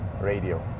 radio